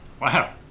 Wow